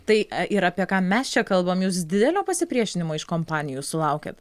tai e ir apie ką mes čia kalbam jūs didelio pasipriešinimo iš kompanijų sulaukiat